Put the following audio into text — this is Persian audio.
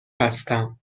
هستم